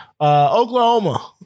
Oklahoma